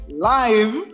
live